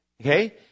Okay